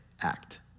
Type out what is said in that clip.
act